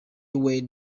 were